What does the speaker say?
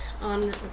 on